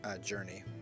journey